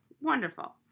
Wonderful